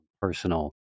personal